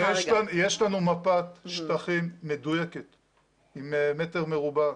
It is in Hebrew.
יש לנו מפת שטחים מדויקת עם מטר מרובע,